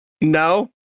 No